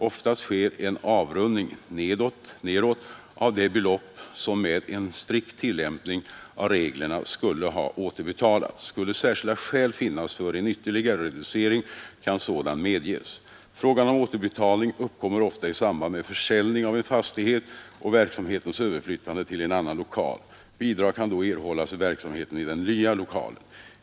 Oftast sker en avrundning neråt av det belopp som med en strikt tillämpning av reglerna skulle ha återbetalats. Skulle särskilda skäl finnas för en ytterligare reducering kan sådan medges. Fråga om återbetalning uppkommer ofta i samband med försäljning av en fastighet och verksamhetens överflyttande till annan lokal. Bidrag kan då erhållas för verksamheten i den nya lokalen.